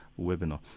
webinar